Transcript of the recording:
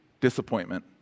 disappointment